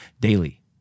daily